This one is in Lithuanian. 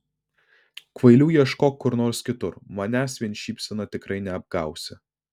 kvailių ieškok kur nors kitur manęs vien šypsena tikrai neapgausi